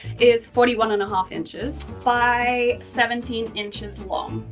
is forty one and a half inches by seventeen inches long.